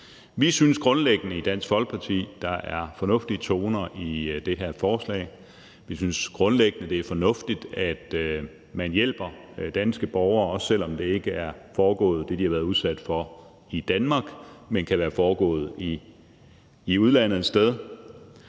Vi synes grundlæggende i Dansk Folkeparti, at der er fornuftige toner i det her forslag. Vi synes grundlæggende, det er fornuftigt, at man hjælper danske borgere, også selv om det, de har været udsat for, ikke er foregået i Danmark, men kan være foregået et sted